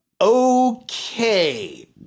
Okay